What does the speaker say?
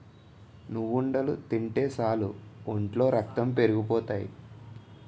నువ్వుండలు తింటే సాలు ఒంట్లో రక్తం పెరిగిపోతాయి